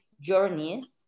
journey